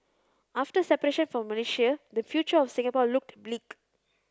after separation from Malaysia the future of Singapore looked bleak